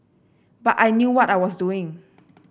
but I knew what I was doing